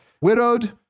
widowed